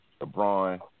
LeBron